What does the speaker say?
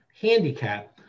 handicap